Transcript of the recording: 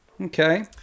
Okay